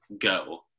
go